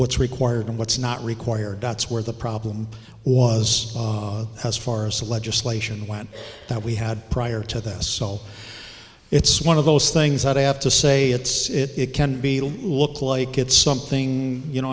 what's required and what's not required that's where the problem was as far as the legislation went that we had prior to this so it's one of those things that i have to say it's it can be look like it's something you know